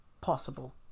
possible